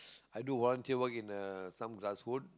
i do volunteer work in uh some glass food